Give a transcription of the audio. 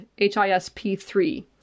HISP3